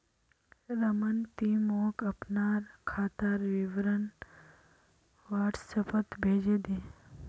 रमन ती मोक अपनार खातार विवरण व्हाट्सएपोत भेजे दे